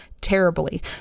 terribly